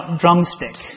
drumstick